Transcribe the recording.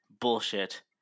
bullshit